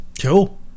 Cool